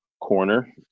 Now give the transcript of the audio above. corner